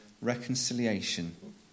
reconciliation